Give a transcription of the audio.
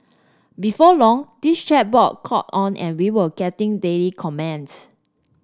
before long this chat board caught on and we were getting daily comments